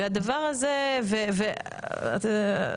והדבר הזה אני אומרת,